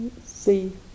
see